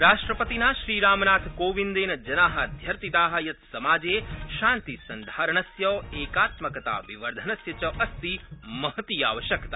राष्ट्रपतिना श्रीरामनाथकोविन्देन जना अध्यर्थिता यत् समाजे शान्तिसंधारणस्य एकात्मकताविवर्धनस्य च अस्ति महती आवश्यकता